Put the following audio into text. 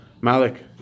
Malik